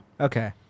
Okay